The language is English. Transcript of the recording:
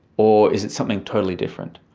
or is it something totally different?